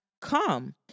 come